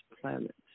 planet